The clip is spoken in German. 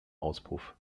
auspuff